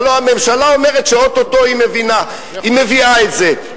הלוא הממשלה אומרת שאו-טו-טו היא מביאה את זה.